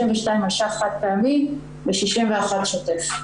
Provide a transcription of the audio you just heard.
מלין שקל חד פעמי ו-61 מיליון שקל שוטף.